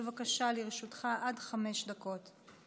בבקשה, לרשותך עד חמש דקות.